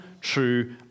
true